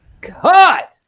cut